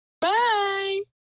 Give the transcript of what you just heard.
Bye